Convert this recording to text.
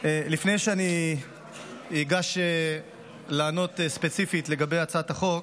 לפני שאני אגש לענות ספציפית לגבי הצעת החוק,